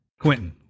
Quentin